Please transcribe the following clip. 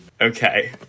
Okay